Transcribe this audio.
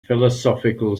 philosophical